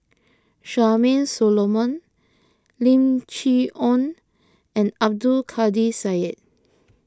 Charmaine Solomon Lim Chee Onn and Abdul Kadir Syed